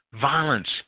violence